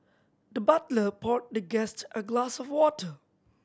the butler poured the guest a glass of water